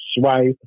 swipe